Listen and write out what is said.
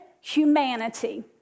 humanity